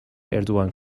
اردوان